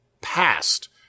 past